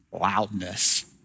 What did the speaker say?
loudness